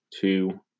two